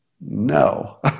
No